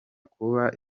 kubaka